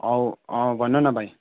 औ भन न भाइ